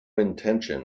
intention